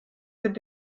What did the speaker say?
sind